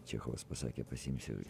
čechovas pasakė pasiimsiu